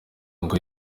ngo